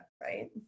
right